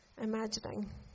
imagining